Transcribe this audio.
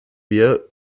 wir